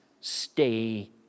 stay